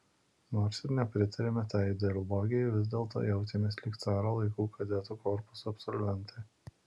nors ir nepritarėme tai ideologijai vis dėlto jautėmės lyg caro laikų kadetų korpuso absolventai